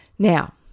Now